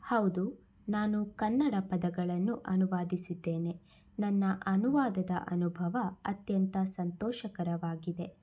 ಹೌದು ನಾನು ಕನ್ನಡ ಪದಗಳನ್ನು ಅನುವಾದಿಸಿದ್ದೇನೆ ನನ್ನ ಅನುವಾದದ ಅನುಭವ ಅತ್ಯಂತ ಸಂತೋಷಕರವಾಗಿದೆ